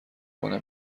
کنه